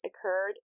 occurred